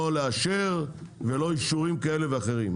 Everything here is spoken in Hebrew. לא לאשר ולא אישורים כאלה ואחרים.